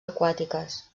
aquàtiques